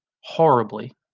horribly